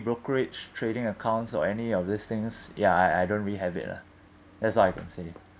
brokerage trading accounts or any of these things ya I I don't really have it lah that's all I can say